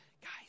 guys